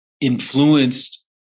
influenced